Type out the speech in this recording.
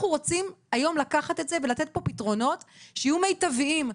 אנחנו רוצים היום לקחת את זה ולתת פה פתרונות שיהיו מיטביים,